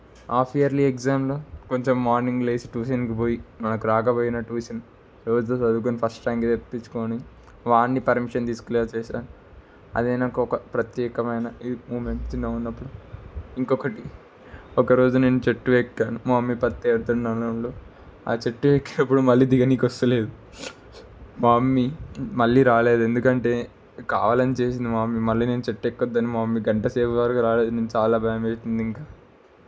half yearly ఎగ్జామ్లో కొంచెం morning లేచి ట్యూషన్కి పోయి నాకు రాకపోయినా ట్యూషన్ రోజు చదువుకొని ఫస్ట్ ర్యాంక్ తెప్పించుకొని వాడిని పర్మిషన్ తీసుకునేలా చేశాను అదే నాకు ఒక ప్రత్యేకమైన ఈ మూమెంట్ చిన్నగా ఉన్నప్పుడు ఇంకొకటి ఒకరోజు నేను చెట్టు ఎక్కాను మా మమ్మీ ప్రత్యర్థనంలో ఆ చెట్టు ఎక్కినప్పుడు మళ్ళీ దిగడానీకి వస్తలేదు మా మమ్మీ మళ్ళీ రాలేదు ఎందుకంటే కావాలని చేసింది మా మమ్మీ మళ్ళీ నేను చెట్టు ఎక్కొద్దని మా మమ్మీ గంటసేపు వరకు రాలేదు నేను చాలా భయం అయితుంది ఇంకా